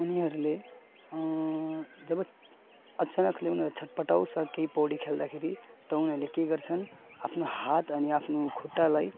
उनीहरूले जब अचानकले उनीहरू छट्पटाउँछ केही पौडी खेल्दाखेरि त उनीहरूले के गर्छन् आफ्नो हात अनि आफ्नो खुट्टालाई